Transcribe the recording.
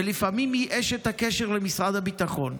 ולפעמים היא אשת הקשר עם משרד הביטחון.